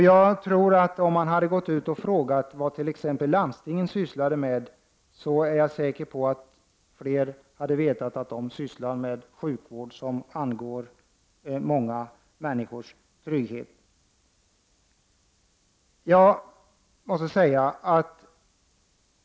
Jag tror att om man hade gått ut och frågat vad landstingen sysslar med hade de flesta vetat att de sysslar med sjukvård som angår många människors trygghet.